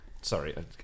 Sorry